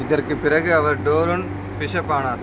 இதற்குப் பிறகு அவர் டோருன் பிஷப் ஆனார்